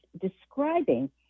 describing